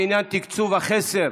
בעניין תקצוב החסר